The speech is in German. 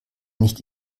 nicht